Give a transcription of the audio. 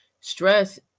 Stress